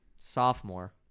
sophomore